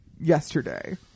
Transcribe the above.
yesterday